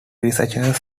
researchers